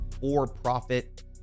for-profit